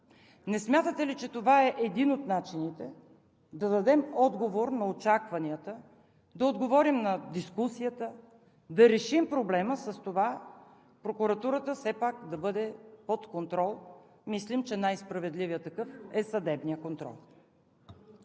Не смятате ли, че това е един от начините да дадем отговор на очакванията, да отговорим на дискусията, да решим проблема с това прокуратурата все пак да бъде под контрол? Мислим, че най-справедливият такъв е съдебният контрол.